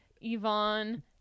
Yvonne